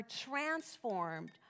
transformed